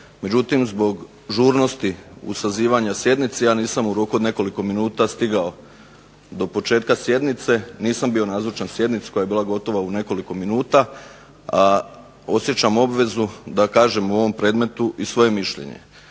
Međutim, zbog žurnosti u sazivanju sjednice ja nisam u roku od nekoliko minuta stigao do početka sjednice, nisam bio nazočan sjednici koja je bila gotova u nekoliko minuta. Osjećam obvezu da kažem u ovom predmetu i svoje mišljenje.